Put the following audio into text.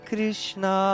Krishna